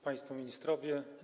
Państwo Ministrowie!